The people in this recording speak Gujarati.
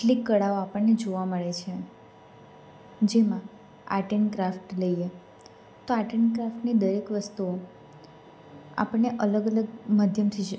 કેટલીક કળાઓ આપણને જોવા મળે છે જેમાં આર્ટ એન્ડ ક્રાફ્ટ લઈએ તો આર્ટ એન્ડ ક્રાફ્ટને દરેક વસ્તુઓ આપણને અલગ અલગ માધ્યમથી જ